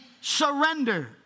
surrender